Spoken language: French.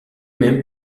même